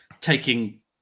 taking